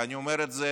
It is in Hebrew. ואני אומר את זה